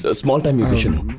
so small time musician.